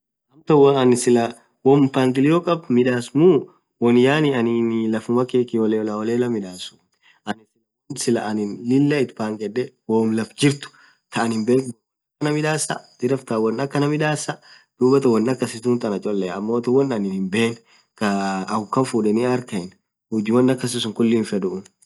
amtaa woo anin Sila won mpangilio khadh midhas muu won yaani anin laffumaa keee kiholelaholela midhasu anin Sila won Ani Sila Lilah itpaghedhe woo laf jirthu thaa anin hinben wom akhan midhasa dhiraftan wom akhan midhasa dhubathaan won akassunth anna cholea ammo won anin hinbene khaa akukan fudhen. arkhayanu huji won akasisun khulii hinfedhu